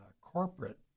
corporate